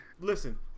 listen